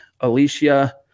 Alicia